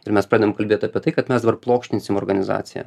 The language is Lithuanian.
ir mes pradedam kalbėt apie tai kad mes dabar plokštinsim organizaciją